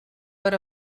per